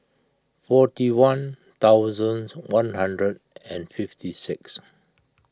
forty one thousand one hundred and fifty six